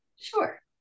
Sure